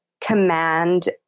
command